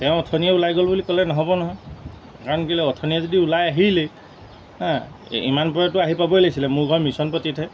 তেওঁ অথনিয়ে ওলাই গ'ল বুলি ক'লে নহ'ব নহয় কাৰণ কেলৈ অথনিয়ে যদি ওলাই আহিলেই ইমানপৰ আহি পাবহি লাগিছিলে মোৰ ঘৰ মিশ্যনপট্টিতহে